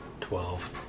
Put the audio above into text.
Twelve